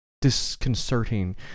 disconcerting